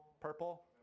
purple